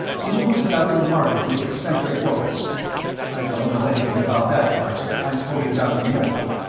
the moons have remarkably eccentric orbits i don't know anything about that part, i'm quoting dr. moore.